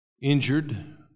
injured